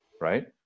right